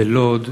בלוד,